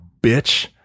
bitch